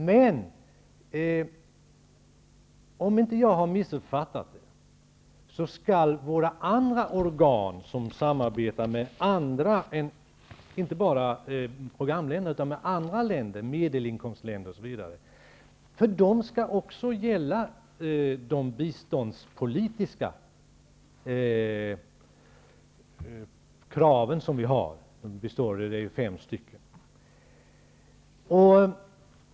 Men om jag inte har missuppfattat det skall de biståndspolitiska kraven -- det är ju fem stycken -- gälla även för våra andra organ, organ som samarbetar med andra länder än våra programländer, exempelvis medelinkomstländer.